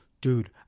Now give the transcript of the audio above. dude